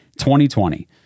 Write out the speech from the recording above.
2020